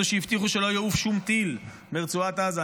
אלה שהבטיחו שלא יעוף שום טיל מרצועת עזה,